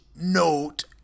Note